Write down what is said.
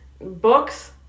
Books